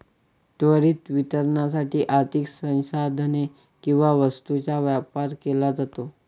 त्वरित वितरणासाठी आर्थिक संसाधने किंवा वस्तूंचा व्यापार केला जातो